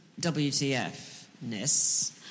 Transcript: WTF-ness